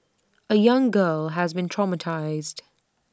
A young girl has been traumatised